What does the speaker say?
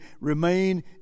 remain